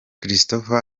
christopher